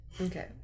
Okay